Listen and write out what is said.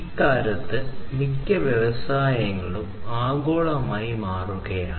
ഇക്കാലത്ത് മിക്ക വ്യവസായങ്ങളും ആഗോളമായി മാറുകയാണ്